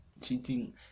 cheating